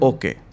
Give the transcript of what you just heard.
Okay